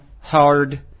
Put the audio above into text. hard